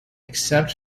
except